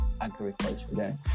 agriculture